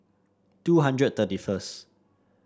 two hundred thirty first